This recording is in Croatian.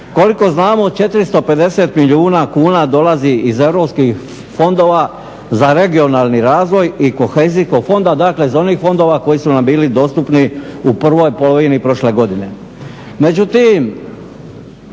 Koliko znamo, 450 milijuna kuna dolazi iz europskih fondova za regionalni razvoj i kohezijskog fonda, dakle iz onih fondova koji su nam bili dostupni u prvoj polovini prošle godine.